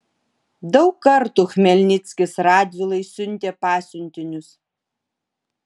daug kartų chmelnickis radvilai siuntė pasiuntinius